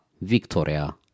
Victoria